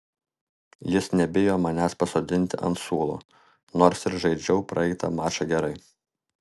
jis nebijo manęs pasodinti ant suolo nors ir žaidžiau praeitą mačą gerai